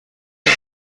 این